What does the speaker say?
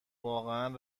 واقعا